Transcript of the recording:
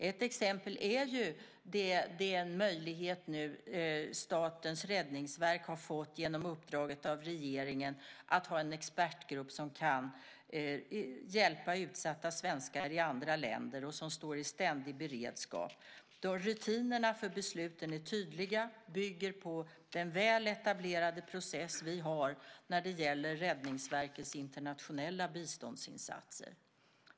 Ett exempel är den möjlighet Statens räddningsverk nu har fått genom uppdraget av regeringen att ha en expertgrupp som kan hjälpa utsatta svenskar i andra länder och som står i ständig beredskap. Rutinerna för de besluten är tydliga och bygger på den väl etablerade process vi har när det gäller Räddningsverkets internationella biståndsinsatser.